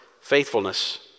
faithfulness